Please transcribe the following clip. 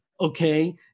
okay